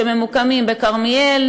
שממוקמים בכרמיאל,